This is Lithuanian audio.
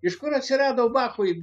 iš kur atsirado bachui